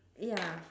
ya